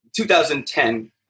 2010